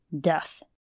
death